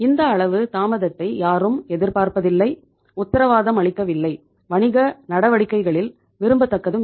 இந்த அளவு தாமதத்தை யாரும் எதிர்பார்ப்பதில்லை உத்தரவாதமளிக்கவில்லை வணிக நடவடிக்கைகளில் விரும்பத்தக்கதும் இல்லை